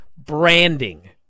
branding